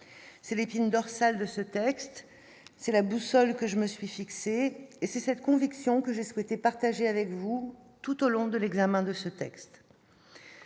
c'est l'épine dorsale de ce texte, c'est la boussole que je me suis fixé et c'est cette conviction que j'ai souhaité partager avec vous tout au long de l'examen de ce texte.